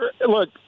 Look